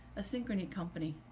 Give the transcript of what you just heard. a synchrony company,